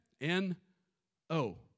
N-O